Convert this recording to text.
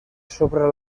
sobre